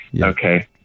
Okay